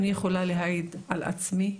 אני יכולה להעיד על עצמי,